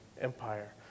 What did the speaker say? Empire